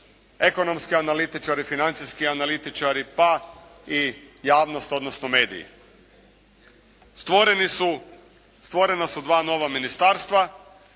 ekonomski analitičari, financijski analitičari pa i javnost odnosno mediji. Stvorena su dva nova ministarstva